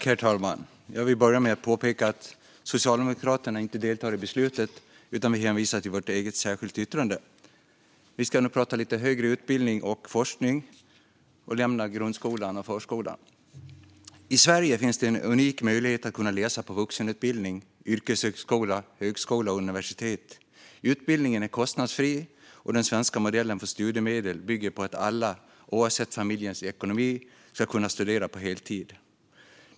Herr talman! Jag vill börja med att påpeka att Socialdemokraterna inte deltar i beslutet, utan vi hänvisar till vårt eget särskilda yttrande. Nu ska vi prata om högre utbildning och forskning och lämna grundskolan och förskolan. I Sverige finns en unik möjlighet att läsa på vuxenutbildning, yrkeshögskola, högskola och universitet. Utbildningen är kostnadsfri, och den svenska modellen för studiemedel bygger på att alla, oavsett familjens ekonomi, ska kunna studera på heltid.